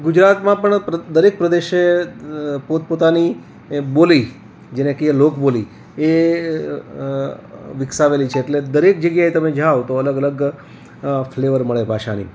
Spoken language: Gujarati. ગુજરાતમાં પણ દરેક પ્રદેશે પોતપોતાની બોલી જેને કહીએ લોકબોલી એ વિકસાવેલી છે એટલે દરેક જગ્યાએ તમે જાઓ તો અલગ અલગ ફ્લેવર મળે ભાષાની